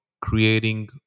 creating